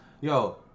Yo